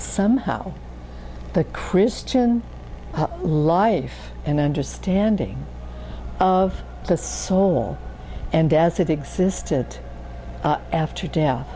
somehow the christian life and understanding of the soul and as it existed after death